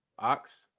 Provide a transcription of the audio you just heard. Ox